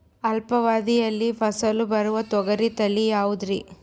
ಅಲ್ಪಾವಧಿಯಲ್ಲಿ ಫಸಲು ಬರುವ ತೊಗರಿ ತಳಿ ಯಾವುದುರಿ?